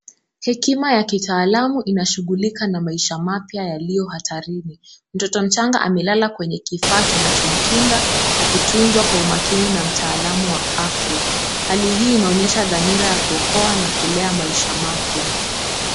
Hekima ya kitaalamu inashughulika na maisha mapya yaliyo hatarini. Mtoto mchanga amelala kwenye kifaa kinachomkinga akitunzwa kwa umakini na mtaalamu wa afya. Hali hii inaonyesha dhamira ya kuokoa na kulea maisha mapya.